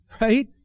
right